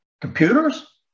Computers